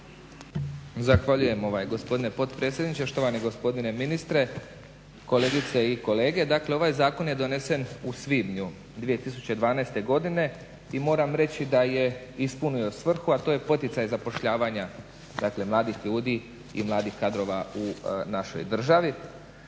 Zahvaljujem gospodine potpredsjedniče, štovani gospodine ministre, kolegice i kolege. Dakle, ovaj zakon je donesen u svibnju 2012. godine i moram reći da je ispunio svrhu, a to je poticaj zapošljavanja mladih ljudi i mladih kadrova u našoj državi.